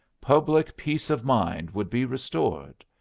public peace of mind would be restored.